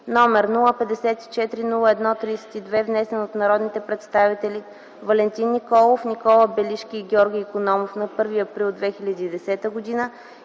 № 054-01-32, внесен от народните представители Валентин Николов, Никола Белишки и Георги Икономов на 1 април 2010 г.,